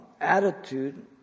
Attitude